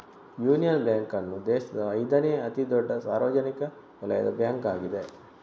union bank ಅನ್ನು ದೇಶದ ಐದನೇ ಅತಿ ದೊಡ್ಡ ಸಾರ್ವಜನಿಕ ವಲಯದ ಬ್ಯಾಂಕ್ ಆಗಿದೆ